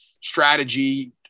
strategy